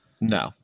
No